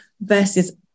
versus